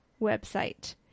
website